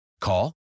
Call